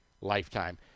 lifetime